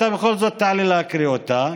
אתה בכל זאת תעלה להקריא אותה,